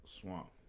Swamp